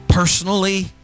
Personally